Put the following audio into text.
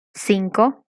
cinco